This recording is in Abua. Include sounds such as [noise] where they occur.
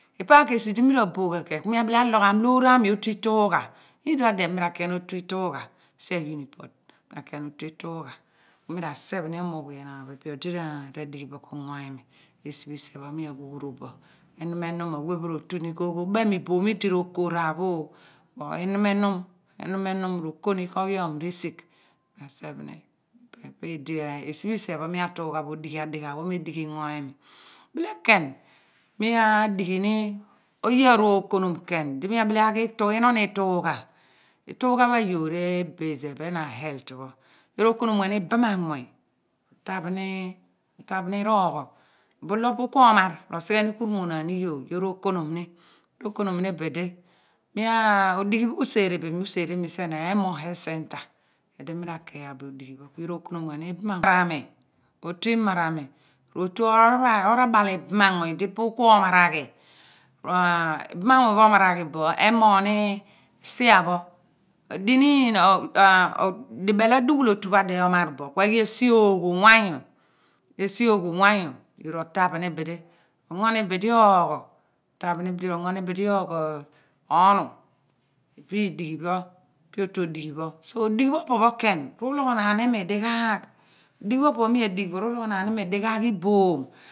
Ipa ku esi di uni ra bol ghan pahen ku ni abile ajoghom loor ami otu iitugha nyidipho dien mi ra ki ghan otu iitugha sien unport mi ra ki ghan otu iitugha mi ra sephni omogh we naan pho ipe odi ra dighi pho ku ugho imi esi phi sien pho mi ghughuoron bo enumenum awe pho ro tu mi ko aben ibom idi ro ko raar pho orh enuu enum roko ni ko ghian risigh mi ra sephni pi idi esi phi sien pho mi etugha bo odighi adighaagh me dighi ingo imi bile khen mia adighi ni oye arokonom khen di mi abile ghi inon iitugha iitugha. pha ayoor ebaze ephen aheaith pho yoor ro konom ghan ibam anmuuny taphni rogho bulo pirikuo maar ro sighe ni ku ru mo naan iyoor yoor ro konom ni rokonom ni bidi mien odighi pho usere pho imi ubere imi sien imoh healyh centre ku idi ra ki gha bo odighi pho ku yoor rokonam ghanitam anmuuny pha mi otu imarami ro tu orabal ibam anmuuny di piri kuo omaraghi [hesitation] ibam anmuuny pho omaraghi bo emogh mi sia pho di niin [hesitation] di bel a dughul otu adie omaar pho ku eghi esi gogh uwanyn esi oogh uwanyn yoor ro taphni bidi gno bidi oogho taph ni bidi ro gno bidi ogho onu ipe idighi epe otu odighi pho so odighi pho opo khen ru loghaan imi dighaagh odighi pho opo pho mi adigh bo ru loghaan imi dighaagh iboom